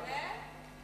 באמת?